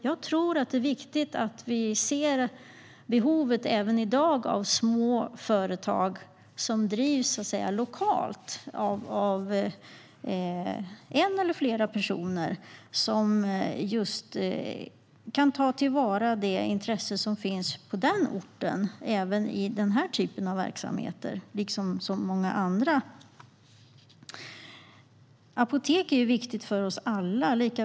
Jag tror att det är viktigt att vi ser behovet även i dag av små företag som drivs lokalt av en eller flera personer som kan ta till vara det intresse som finns på just den orten. Det gäller i den här typen av verksamheter, liksom i många andra. Apotek är viktigt för oss alla.